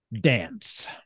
dance